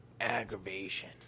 aggravation